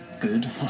good